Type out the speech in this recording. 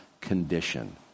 condition